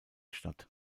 statt